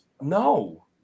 No